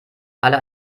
alle